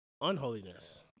unholiness